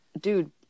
dude